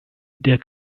der